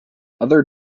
other